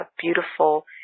beautiful